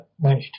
managed